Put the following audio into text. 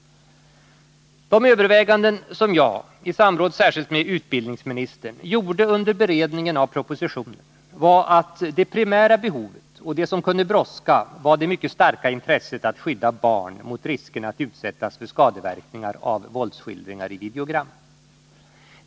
De överväganden som jag — i samråd särskilt med utbildningsministern — gjorde under beredningen av propositionen var att det primära behovet och det som kunde brådska var det mycket starka intresset att skydda barn mot riskerna att utsättas för skadeverkningar av våldsskildringar i videogram.